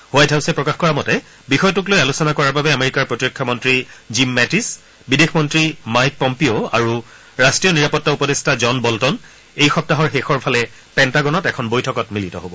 white হাউছে প্ৰকাশ কৰা মতে বিষয়টোক লৈ আলোচনা কৰাৰ বাবে আমেৰিকাৰ প্ৰতিৰক্ষা মন্ত্ৰী জিম মেটিছ বিদেশ মন্ত্ৰী মাইক পম্পিঅ' আৰু ৰাষ্ট্ৰীয় নিৰাপত্তা উপদেষ্টা জন বল্টন এই সপ্তাহৰ শেষৰ ফালে পেণ্টাগণত এখন বৈঠকত মিলিত হ'ব